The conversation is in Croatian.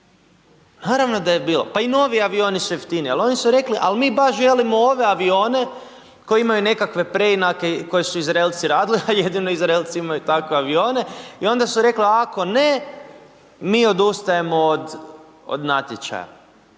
naravno da je bilo, pa i novi avioni su jeftiniji, ali oni su rekli al mi baš želimo ove avione koji imaju nekakve preinake koje su Izraelci radili, a jedino Izraelci imaju takve avione i onda su rekli ako ne mi odustajemo od, od natječaja.